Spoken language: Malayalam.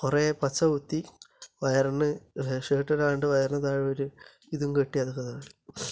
കുറേ പച്ച കുത്തി വയറിനു ഷേർട്ട് ഇടാതെ വയറിനു താഴെ ഒരു ഇത് കെട്ടിയതാണ് കഥകളി